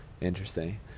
interesting